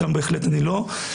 ששם בהחלט אני לא מסכים.